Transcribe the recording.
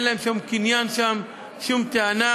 אין להם שום קניין שם, שום טענה,